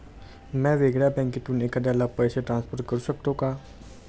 म्या वेगळ्या बँकेतून एखाद्याला पैसे ट्रान्सफर करू शकतो का?